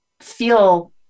feel